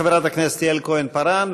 חברת הכנסת יעל כהן-פארן,